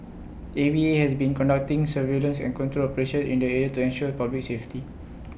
A V A has been conducting surveillance and control operations in the area to ensure public safety